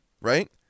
right